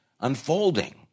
unfolding